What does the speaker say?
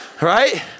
Right